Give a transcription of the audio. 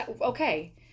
okay